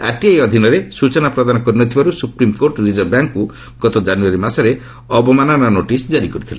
RTI ଅଧୀନରେ ସୂଚନା ପ୍ରଦାନ କରି ନ ଥିବାରୁ ସୁପ୍ରିମ୍କୋର୍ଟ ରିଜର୍ଭ ବ୍ୟାଙ୍କକୁ ଗତ ଜାନୁୟାରୀ ମାସରେ ଅବମାନନା ନୋଟିସ୍ ଜାରି କରିଥିଲେ